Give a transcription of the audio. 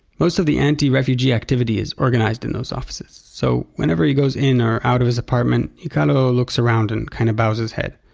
most of the anti-refugee activity is organized in those offices. so whenever he goes in or out of his apartment, yikealo kind of ah looks around and kind of bows his head.